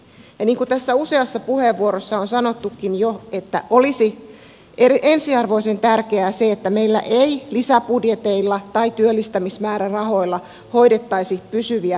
ja niin kuin tässä useassa puheenvuorossa on sanottukin jo olisi ensiarvoisen tärkeää se että meillä ei lisäbudjeteilla tai työllistämismäärärahoilla hoidettaisi pysyviä palveluita